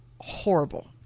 Horrible